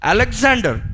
Alexander